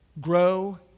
grow